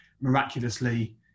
miraculously